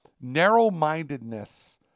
narrow-mindedness